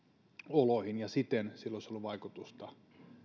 oloihin ja siten sillä olisi ollut vaikutusta